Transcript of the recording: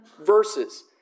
verses